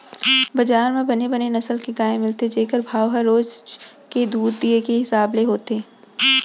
बजार म बने बने नसल के गाय मिलथे जेकर भाव ह रोज के दूद दिये के हिसाब ले होथे